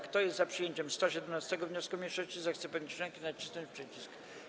Kto jest za przyjęciem 117. wniosku mniejszości, zechce podnieść rękę i nacisnąć przycisk.